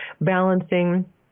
balancing